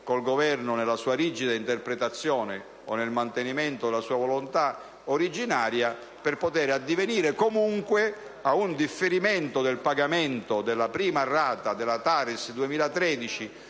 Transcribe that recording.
il Governo nella sua rigida interpretazione o nel mantenimento della sua volontà originaria, per addivenire comunque ad un differimento del pagamento della prima rata della TARES 2013